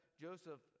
Joseph